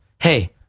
hey